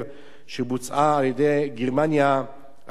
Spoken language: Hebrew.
שבוצעה על-ידי גרמניה הנאצית.